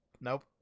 nope